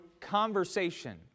conversation